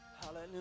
hallelujah